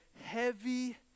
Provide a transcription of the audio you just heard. heavy